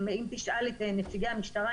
אם תשאל את נציגי המשטרה,